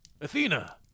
Athena